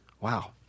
Wow